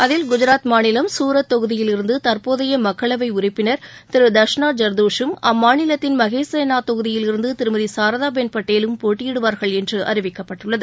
அதில் குஜராத் மாநிலம் சூரத் தொகுதியிலிருந்து தற்போதைய மக்களவை உறுப்பினர் திரு தர்ஷ்ணா ஜர்தோஷம் அம்மாநிலத்தின் மகேசனா தொகுதியிலிருந்து திருமதி சாரதா பென் பட்டேலும் போட்டியிடுவார்கள் என்று அறிவிக்கப்பட்டுள்ளது